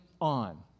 on